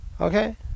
Okay